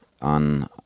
on